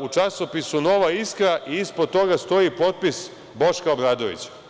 u časopisu „Nova iskra“ i ispod toga stoji potpis Boška Obradovića.